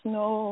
no